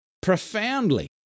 profoundly